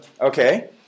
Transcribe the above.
Okay